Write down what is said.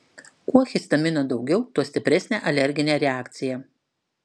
kuo histamino daugiau tuo stipresnė alerginė reakcija